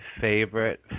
favorite